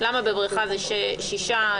למה בבריכה זה שישה?